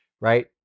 right